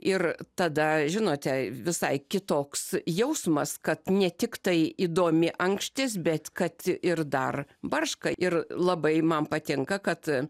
ir tada žinote visai kitoks jausmas kad ne tik tai įdomi ankštis bet kad ir dar barška ir labai man patinka kad